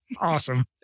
Awesome